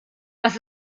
was